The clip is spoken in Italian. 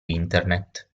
internet